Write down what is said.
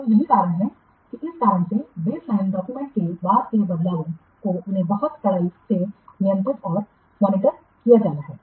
तो यही कारण है कि इस कारण से बेसलाइन डाक्यूमेंट्स में बाद के बदलावों को उन्हें बहुत कड़ाई से नियंत्रित और मॉनिटर किया जाना है